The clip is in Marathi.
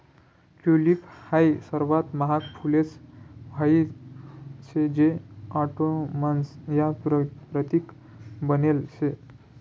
टयूलिप हाई सर्वात महाग फुलेस म्हाईन शे जे ऑटोमन्स ना प्रतीक बनेल शे